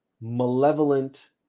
malevolent